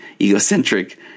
egocentric